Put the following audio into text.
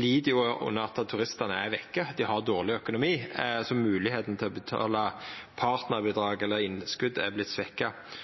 lid under at turistane er vekke. Dei har dårleg økonomi, så moglegheita til å betala partnarbidrag eller innskot har vorte svekt. Då er